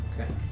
Okay